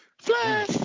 Flash